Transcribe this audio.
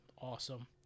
awesome